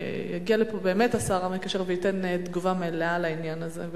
שיגיע לכאן באמת השר המקשר וייתן תגובה מלאה על העניין הזה,